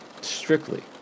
strictly